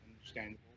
understandable